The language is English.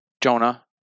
Jonah